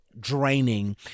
draining